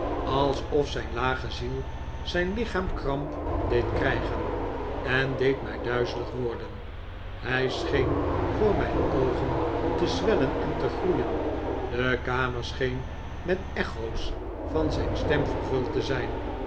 alsof zijn lage ziel zijn lichaam kramp deed krijgen en deed mij duizelig worden hij scheen voor mijn oogen te zwellen en te groeien de kamer scheen met echo's van zijn stem vervuld te zijn